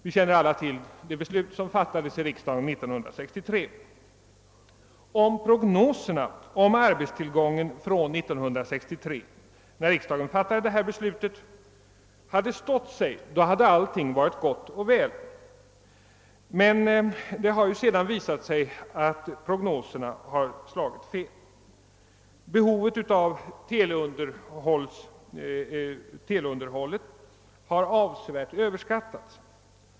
Vi känner alla till det beslut som fattades i riksdagen 1963. Om prognoserna beträffande arbetstillgången från 1963, när riksdagen fattade detta beslut, hade stått sig, hade allt varit gott och väl. Prognoserna har emellertid visat sig slå fel. Behovet av teleunderhåll har avsevärt överskattats.